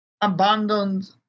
abandoned